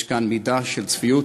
יש כאן מידה של צביעות,